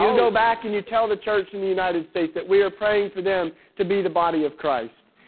and go back and you tell the church in the united states that we are praying for them to be the body of christ.